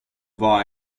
vad